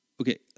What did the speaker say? okay